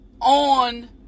on